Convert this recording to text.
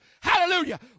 Hallelujah